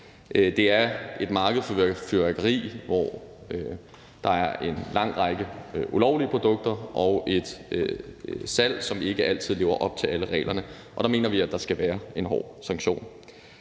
markedet for fyrværkeri er der en lang række ulovlige produkter og et salg, som ikke altid lever op til alle reglerne, og der mener vi, at der skal være en hård sanktion.